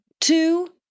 two